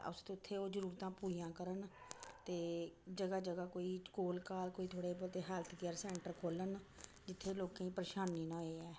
ते अफसर उत्थै ओह् जरूरतां पूरियां करन ते जगह् जगह् कोई कोल घर कोई थोह्ड़े बोह्त हैल्थ केयर सैंटर खोलन जित्थें लोकें ई परेशानी नी होऐ ऐ